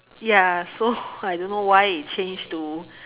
ya so I don't know why it change to